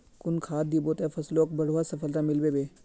कुन खाद दिबो ते फसलोक बढ़वार सफलता मिलबे बे?